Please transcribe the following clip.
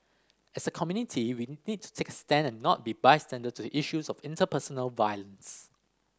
as a community we need to take a stand and not be bystander to issues of interpersonal violence